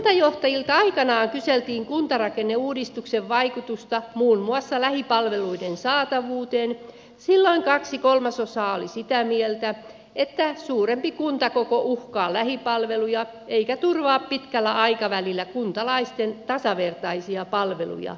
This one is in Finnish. kun kuntajohtajilta aikanaan kyseltiin kuntarakenneuudistuksen vaikutuksesta muun muassa lähipalveluiden saatavuuteen silloin kaksi kolmasosaa oli sitä mieltä että suurempi kuntakoko uhkaa lähipalveluja eikä turvaa pitkällä aikavälillä kuntalaisten tasavertaisia palveluja